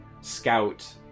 scout